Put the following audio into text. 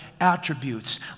attributes